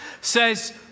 says